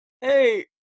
hey